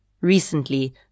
Recently